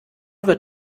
wird